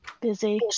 Busy